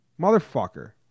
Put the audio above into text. Motherfucker